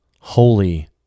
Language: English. holy